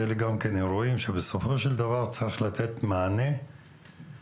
אומר שאלה גם אירועים שבסופו של דבר צריך לתת מענה לאנשים